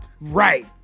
right